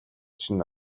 чинь